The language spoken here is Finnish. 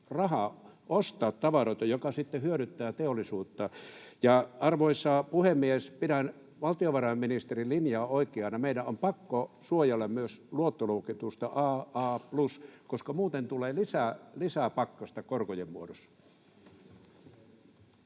rahaa ostaa tavaroita, mikä sitten hyödyttää teollisuutta. Arvoisa puhemies! Pidän valtiovarainministerin linjaa oikeana. Meidän on pakko suojella myös luottoluokitusta AA+, koska muuten tulee lisää pakkasta korkojen muodossa.